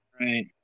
Right